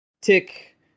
Tick